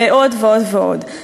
ועוד ועוד ועוד.